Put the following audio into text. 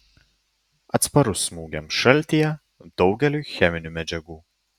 atsparus smūgiams šaltyje daugeliui cheminių medžiagų